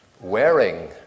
wearing